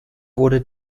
wurde